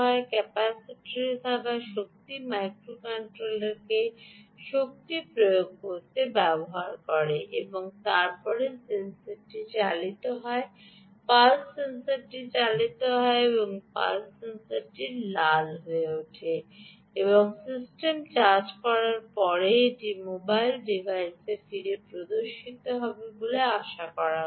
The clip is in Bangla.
ক্যাপাসিটারে থাকা শক্তিটি মাইক্রোকন্ট্রোলারকে শক্তি প্রয়োগ করতে ব্যবহৃত হয় এবং তার পরে এই সেন্সরটি চালিত হয় পালস সেন্সরটি চালিত হয় এবং এই পালস সেন্সরটি লাল হয়ে উঠবে এবং সিস্টেম চার্জ করার পরে এটি মোবাইল ডিভাইসে ফিরে প্রদর্শিত হবে বলে আশা করা হচ্ছে